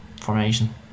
formation